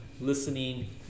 listening